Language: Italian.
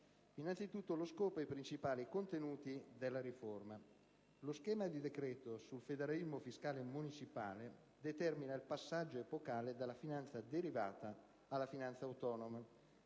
riassumo lo scopo e i principali contenuti della riforma. Lo schema di decreto sul federalismo fiscale municipale determina il passaggio epocale dalla finanza derivata alla finanza autonoma.